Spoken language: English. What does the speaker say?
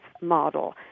model